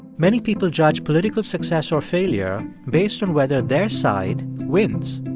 many people judge political success or failure based on whether their side wins.